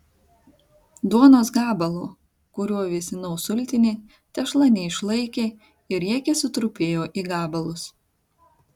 duonos gabalo kuriuo vėsinau sultinį tešla neišlaikė ir riekė sutrupėjo į gabalus